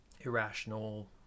irrational